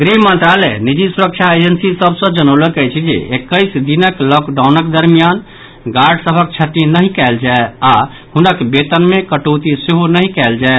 गृह मंत्रालय निजी सुरक्षा एजेंसी सभ सॅ जनौलक अछि जे एकैस दिनक लॉकडाउनक दरमियान गार्ड सभक छंटनी नहि कयल जाय आओर हुनक वेतन मे कटौती सेहो नहि कयल जाय